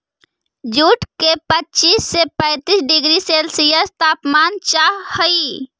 jute के पच्चीस से पैंतीस डिग्री सेल्सियस तापमान चाहहई